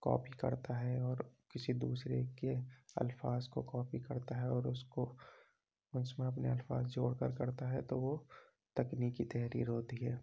copy کرتا ہے اور کسی دوسرے کے الفاظ کو کاپی کرتا ہے اور اس کو اس میں اپنے الفاظ جوڑ کر کرتا ہے تو وہ تکنیکی تحریر ہوتی ہے